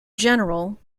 general